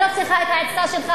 אני לא צריכה את העצה שלך.